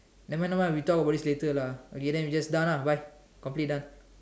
never mind never mind we talk about this later lah okay then we just done ah bye complete done